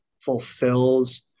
fulfills